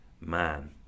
man